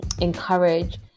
encourage